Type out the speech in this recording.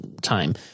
time